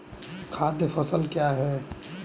खाद्य फसल क्या है?